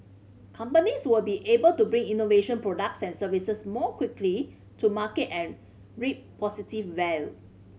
companies will be able to bring innovative products and services more quickly to market and reap positive well